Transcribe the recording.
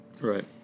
right